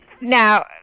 Now